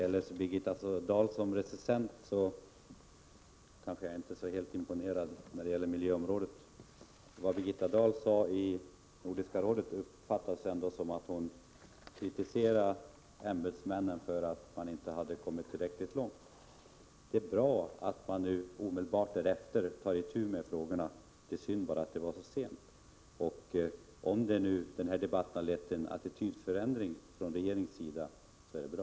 Herr talman! När det gäller Birgitta Dahl som recensent på miljöområdet är jag inte helt imponerad. Vad Birgitta Dahl sade på Nordiska rådets möte uppfattades ändå som att hon kritiserade ämbetsmännen för att man inte hade kommit tillräckligt långt. Det är bra att man nu omedelbart tar itu med frågorna. Det är bara synd att det sker så sent. Om denna debatt har lett till en attitydförändring från regeringens sida så är det bra.